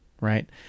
right